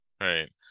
Right